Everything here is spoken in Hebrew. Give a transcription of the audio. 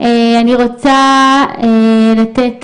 אני רוצה לתת